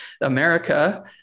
America